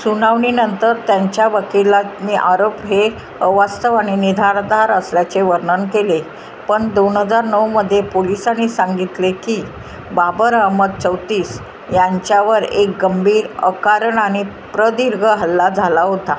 सुनावणीनंतर त्यांच्या वकिलांनी आरोप हे वास्तव आणि निधारधार असल्याचे वर्णन केले पण दोन हजार नऊमध्ये पोलिसांनी सांगितले की बाबर अहमद चौतीस यांच्यावर एक गंभीर अकारण आणि प्रदीर्घ हल्ला झाला होता